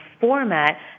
format